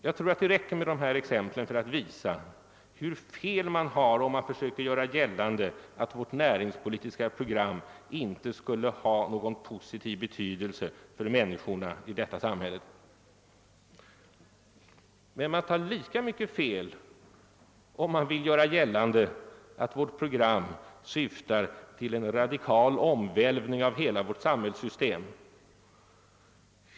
Jag tror det räcker med dessa exempel för att visa hur fel man har om man försöker göra gällande, att vårt näringspolitiska program inte skulle ha någon positiv betydelse för människorna i detta samhälle. Men man tar lika mycket fel om man vill göra gällande att vårt program syftar till en radikal omvälvning av hela vårt samhällssystem.